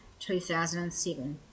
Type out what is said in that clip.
2007